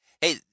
Hey